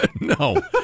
No